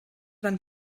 van